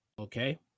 Okay